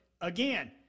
again